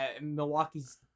Milwaukee's